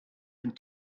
and